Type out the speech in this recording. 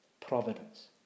providence